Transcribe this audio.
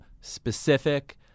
specific